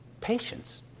patience